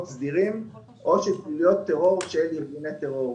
סדירים או פעילויות טרור של ארגוני טרור.